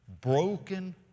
broken